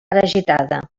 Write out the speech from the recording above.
agitada